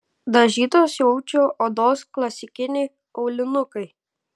dažytos jaučio odos klasikiniai aulinukai